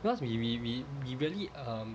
because we we we we really um